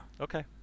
Okay